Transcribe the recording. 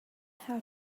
how